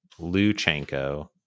Luchenko